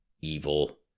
evil